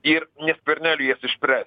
ir ne skverneliui jas išspręsti